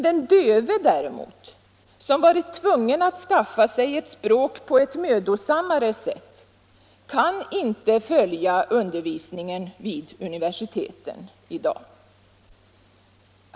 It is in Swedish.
Den döve däremot, som har varit tvungen att skaffa sig ett språk på ett mödosammare sätt, kan inte följa undervisningen vid universiteten i dag.